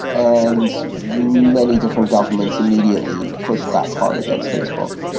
and many different governments immediately pushed back hard against facebook.